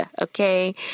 okay